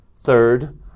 third